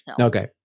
okay